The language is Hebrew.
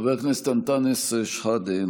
חבר הכנסת אנטאנס שחאדה,